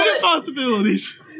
possibilities